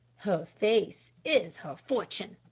her face is her fortune,